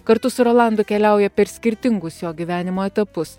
kartu su rolandu keliauja per skirtingus jo gyvenimo etapus